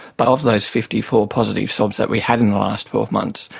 but of those fifty four positive swabs that we had in the last twelve months,